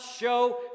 show